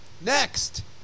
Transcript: Next